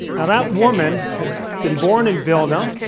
now, that woman had been born in vilna,